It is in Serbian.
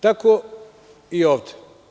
Tako i ovde.